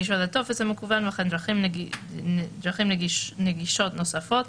הקישור לטופס המקוון וכן דרכים נגישות נוספות,